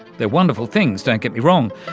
they're wonderful things, don't get me wrong,